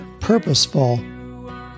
purposeful